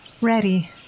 Ready